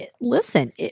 listen